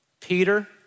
Peter